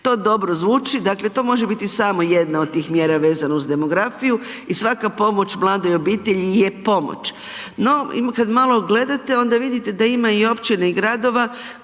To dobro zvuči, dakle, to može biti samo jedna od tih mjera vezano uz demografiju i svaka pomoć mladoj obitelji je pomoć. No, kada malo gledate, onda vidite da ima općina i gradova